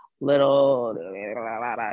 Little